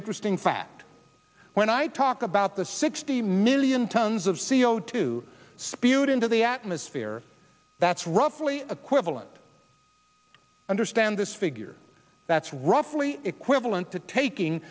interesting fact when i talk about the sixty million tons of c o two spewed into the atmosphere that's roughly equivalent understand this figure that's roughly equivalent to taking